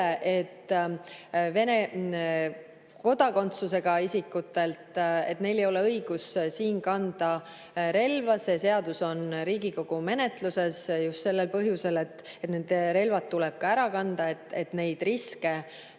et Vene kodakondsusega isikutel ei ole õigus siin kanda relva, see seadus on Riigikogu menetluses just sellel põhjusel, et neil tuleb relvad ära anda, et neid riske